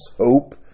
hope